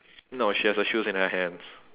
no she has her shoes in her hands